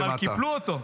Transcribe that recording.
אבל קיפלו אותו.